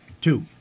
Two